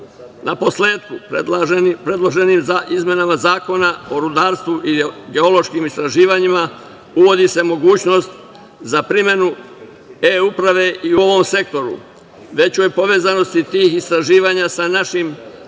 usluga. Naposletku, predloženim izmenama zakona o rudarstvu i geološkim istraživanjima, uvodi se mogućnost za primenu eUprave i u ovom sektoru, veću povezanost tih istraživanja sa našom